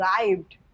arrived